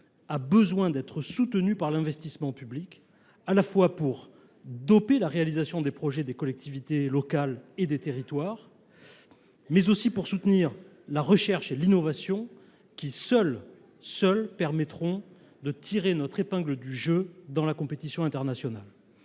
a besoin d’être soutenue par l’investissement public, à la fois pour doper la réalisation des projets des collectivités locales et des territoires, mais aussi pour soutenir la recherche et l’innovation qui, seules – seules !–, nous permettront demain de tirer notre épingle du jeu dans la compétition internationale